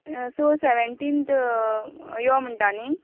so seventeenth यो म्हणटा न्हय